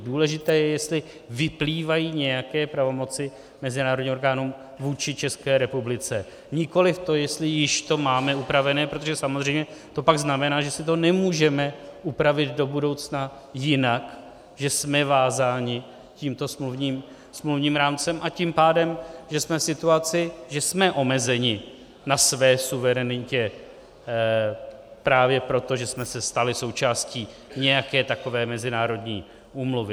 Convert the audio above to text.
Důležité je, jestli vyplývají nějaké pravomoci mezinárodním orgánům vůči České republice, nikoliv to, jestli již to máme upraveno, protože samozřejmě to pak znamená, že si to nemůžeme upravit do budoucna jinak, že jsme vázáni tímto smluvním rámcem, a tím pádem, že jsme v situaci, že jsme omezeni na své suverenitě právě proto, že jsme se stali součástí nějaké takové mezinárodní úmluvy.